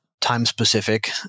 time-specific